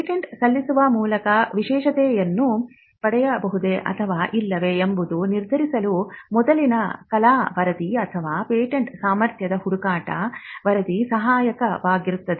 patent ಸಲ್ಲಿಸುವ ಮೂಲಕ ವಿಶೇಷತೆಯನ್ನು ಪಡೆಯಬಹುದೇ ಅಥವಾ ಇಲ್ಲವೇ ಎಂಬುದನ್ನು ನಿರ್ಧರಿಸಲು ಮೊದಲಿನ ಕಲಾ ವರದಿ ಅಥವಾ ಪೇಟೆಂಟ್ ಸಾಮರ್ಥ್ಯದ ಹುಡುಕಾಟ ವರದಿ ಸಹಾಯಕವಾಗುತ್ತದೆ